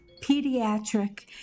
pediatric